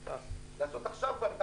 -- לעשות עכשיו כבר.